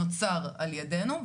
נוצר על ידינו,